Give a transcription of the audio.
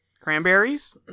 Cranberries